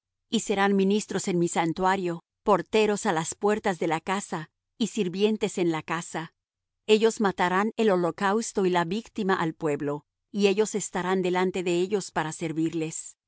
y serán ministros en mi santuario porteros á las puertas de la casa y sirvientes en la casa ellos matarán el holocausto y la víctima al pueblo y ellos estarán delante de ellos para servirles